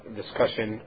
discussion